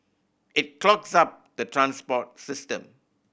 it clogs up the transport system